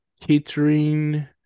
catering